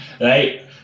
right